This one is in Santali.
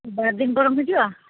ᱵᱟᱨ ᱫᱤᱱ ᱯᱚᱨᱮᱢ ᱦᱟᱹᱡᱩᱜᱼᱟ